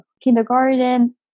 kindergarten